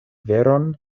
veron